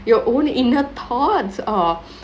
your own inner thoughts or